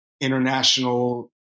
international